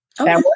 Okay